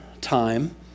time